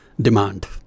demand